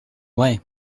way